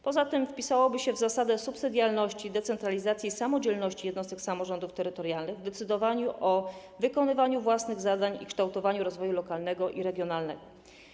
Poza tym wpisałoby się to w zasadę subsydiarności, decentralizacji i samodzielności jednostek samorządu terytorialnego w decydowaniu o wykonywaniu własnych zadań i kształtowaniu rozwoju lokalnego i regionalnego.